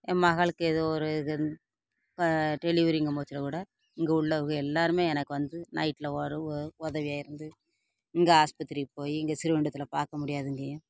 என் மகளுக்கு எதோ ஒரு இது டெலிவரிங்கும் போதில் கூட இங்கே உள்ளவக எல்லோருமே எனக்கு வந்து நைட்டில் உதவியா இருந்து இங்கே ஆஸ்பத்திரிக்கு போய் இங்கே ஸ்ரீவைகுண்டத்தில் பார்க்க முடியாது எங்கேயும்